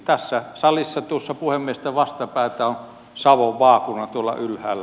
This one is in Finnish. tässä salissa tuossa puhemiestä vastapäätä on savon vaakuna tuolla ylhäällä